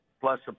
plus